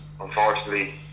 unfortunately